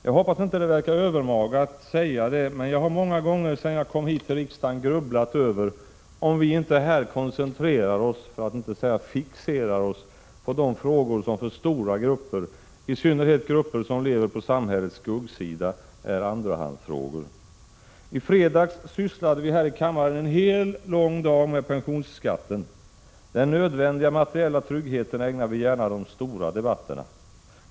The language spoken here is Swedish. Jag hoppas att det inte verkar övermaga att säga det, men jag har många gånger sedan jag kom hit till riksdagen grubblat över om vi inte här koncentrerar oss, för att inte säga fixerar oss, på de frågor som för stora grupper, i synnerhet grupper som lever på samhällets skuggsida, är andrahandsfrågor. I fredags sysslade vi här i kammaren en hel lång dag med pensionsskatten. Den nödvändiga materiella tryggheten ägnar vi gärna de stora debatterna.